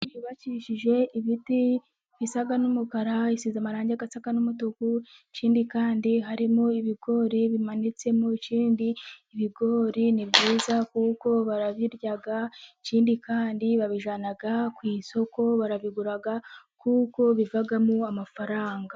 Inzu yubakishije ibiti bisa n'umukara, isize amarangi asa n'umutuku, ikindi kandi harimo ibigori bimanitsemo ikindi ibigori ni byiza kuko barabirya, ikindi kandi babijyana ku isoko barabigura kuko bivamo amafaranga.